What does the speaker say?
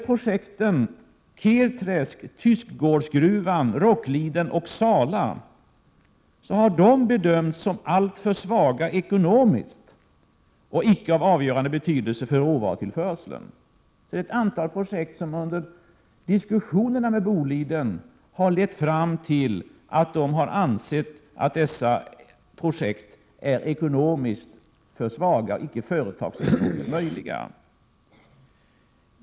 Projekten Kedträsk, Tyskgårdsgruvan, Rockliden och Sala har bedömts som alltför ekonomiskt svaga och icke av avgörande betydelse för råvarutillförseln. Diskussionen med Boliden har lett fram till att ett antal projekt bedömts som icke företagsekonomiskt möjliga.